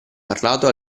parlato